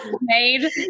made